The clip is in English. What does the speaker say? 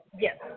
Yes